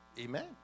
Amen